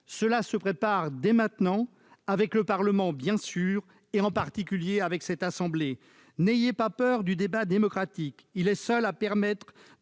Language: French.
Cela se prépare dès maintenant, avec le Parlement, bien sûr, et en particulier avec cette assemblée. N'ayez pas peur du débat démocratique, car il est seul à permettre